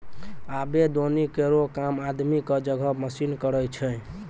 आबे दौनी केरो काम आदमी क जगह मसीन करै छै